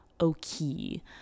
okay